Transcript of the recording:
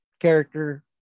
character